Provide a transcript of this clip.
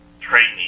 training